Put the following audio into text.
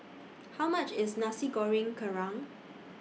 How much IS Nasi Goreng Kerang